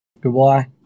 Goodbye